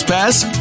Pass